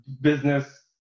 business